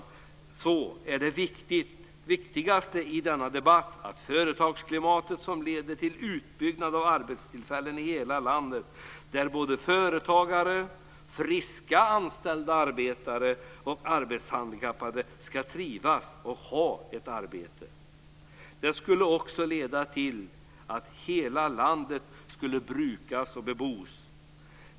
Ändå är det viktigaste ett företagsklimat som leder till utbyggnad av arbetstillfällen i hela landet där företagare, friska anställda arbetare och arbetshandikappade trivs och har ett arbete. Det skulle också leda till att hela landet skulle brukas och bebos.